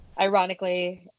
ironically